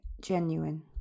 genuine